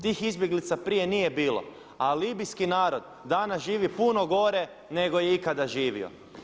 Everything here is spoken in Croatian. Tih izbjeglica prije nije bilo, a Libijski narod danas živi puno gore nego je ikada živio.